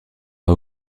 pas